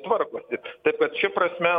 tvarkosi taip kad šia prasme